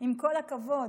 עם כל הכבוד.